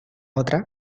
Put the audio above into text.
otras